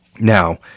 Now